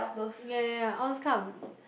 ya ya ya all those kind of